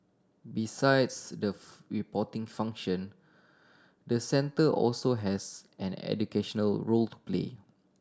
besides the reporting function the centre also has an educational role to play